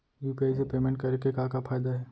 UPI से payment करे के का का फायदा हे?